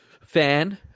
fan